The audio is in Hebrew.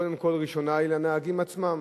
קודם כול, ראשונה, היא לנהגים עצמם.